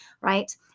right